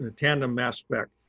ah tandem mass spec.